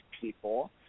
people